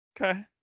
Okay